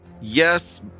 Yes